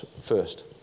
first